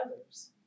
others